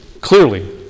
clearly